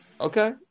Okay